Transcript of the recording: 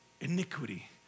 iniquity